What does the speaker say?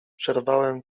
przerwałem